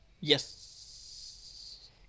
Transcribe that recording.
yes